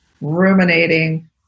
ruminating